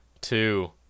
two